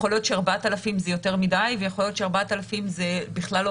יכול להיות ש-4,000 זה יותר מידי ויכול להיות ש-4,000 זה בכלל לא